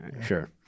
Sure